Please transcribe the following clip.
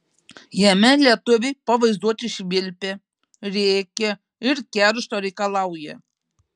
jame lietuviai pavaizduoti švilpią rėkią ir keršto reikalaują